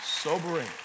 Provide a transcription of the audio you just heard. sobering